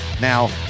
Now